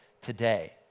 today